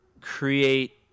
Create